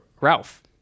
Ralph